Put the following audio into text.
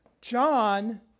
John